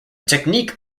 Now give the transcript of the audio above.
technique